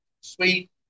sweet